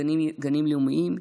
גנים לאומיים,